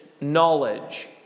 knowledge